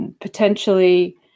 potentially